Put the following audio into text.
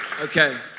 Okay